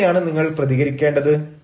എങ്ങനെയാണ് നിങ്ങൾ പ്രതികരിക്കേണ്ടത്